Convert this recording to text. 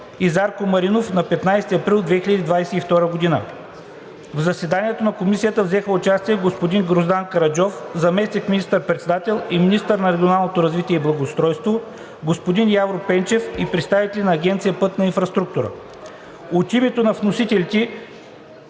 и Зарко Маринов на 15 април 2022 г. В заседанието на Комисията взеха участие господин Гроздан Караджов – заместник-министър председател и министър на регионалното развитие и благоустройството, господин Явор Пенчев и представители на Агенция „Пътна инфраструктура“. От името на вносителите